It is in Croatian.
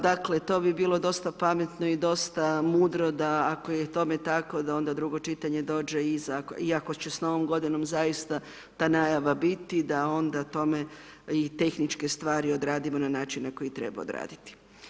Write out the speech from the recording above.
Dakle, to bi bilo dosta pametno i dosta mudro da ako je tome tako da onda drugo čitanje dođe iza, iako će s novom godinom zaista ta najava biti da onda tome i tehničke stvari odradimo na način na koji treba odraditi.